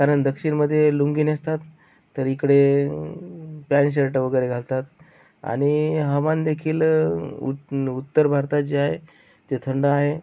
कारण दक्षिणमध्ये लुंगी नेसतात तर इकडे पॅन्ट शर्ट वगैरे घालतात आणि हवामान देखील उत् उत्तर भारतात जे आहे ते थंड आहे